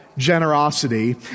generosity